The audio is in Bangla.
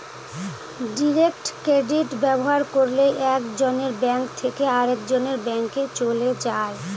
ডিরেক্ট ক্রেডিট ব্যবহার করলে এক জনের ব্যাঙ্ক থেকে আরেকজনের ব্যাঙ্কে চলে যায়